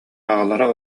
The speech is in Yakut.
аҕалара